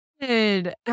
good